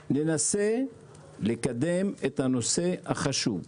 כדי לנסות את הנושא החשוב הזה.